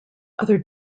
other